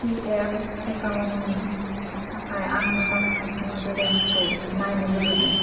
P F account नि थाखाय आंनि पासबुक नि बेलेन्सखौ नायनो लुबैदों